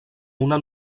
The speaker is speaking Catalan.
una